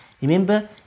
remember